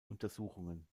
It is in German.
untersuchungen